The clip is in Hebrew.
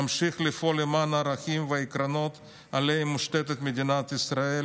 אמשיך לפעול למען הערכים והעקרונות שעליהם מושתתת מדינת ישראל